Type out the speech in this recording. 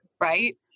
Right